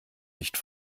nicht